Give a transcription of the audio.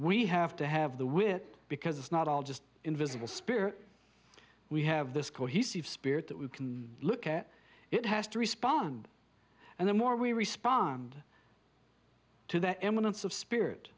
we have to have the wit because it's not all just invisible spear we have this cohesive spirit that we can look at it has to respond and the more we respond to that eminence of spirit